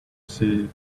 see